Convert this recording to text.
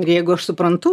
ir jeigu aš suprantu